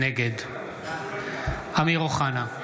נגד אמיר אוחנה,